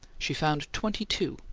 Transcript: she found twenty-two,